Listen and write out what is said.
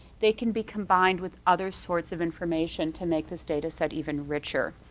they can be combined with other sorts of information to make this dataset even richer.